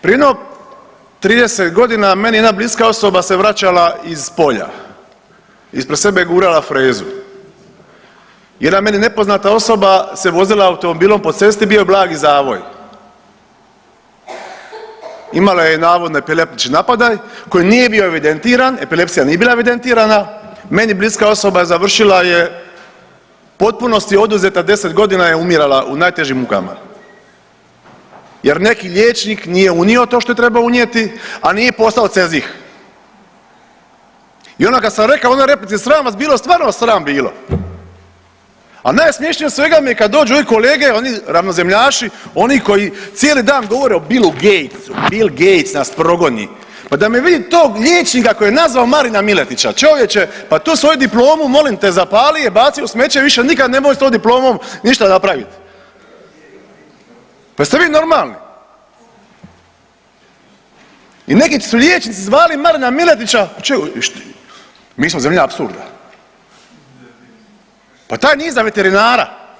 Prije jedno 30.g. meni jedna bliska osoba se vraćala iz polja, ispred sebe je gurala frezu, jedna meni nepoznata osoba se vozila automobilom po cesti i bio je blagi zavoj, imala je navodno epileptični napadaj koji nije bio evidentiran, epilepsija nije bila evidentirana, meni bliska osoba je završila je u potpunosti oduzeta, 10.g. je umirala u najtežim mukama jer neki liječnik nije unio to što je trebao unijeti, a nije poslao u CEZIH i onda kad sam rekao u onoj replici sram vas bilo, stvarno vas sram bilo, a najsmiješnije od svega mi je kad dođu ovi kolege, oni ravnozemljaši, oni koji cijeli dan govore o Billu Gatesu, Bill Gates nas progoni, pa da mi je vidit tog liječnika koji je nazvao Marina Miletića, čovječe pa tu svoju diplomu molim te zapali je, baci je u smeće, više nikad nemoj s tom diplomom ništa napravit, pa jeste vi normalni i neki su liječnici zvali Marina Miletića, mi smo zemlja apsurda, pa taj nije za veterinara.